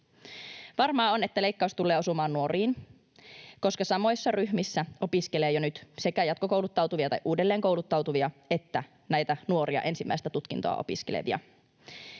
Varmaa on, että leikkaus tulee osumaan nuoriin, koska samoissa ryhmissä opiskelee jo nyt sekä jatkokouluttautuvia tai uudelleenkouluttautuvia että ensimmäistä tutkintoaan opiskelevia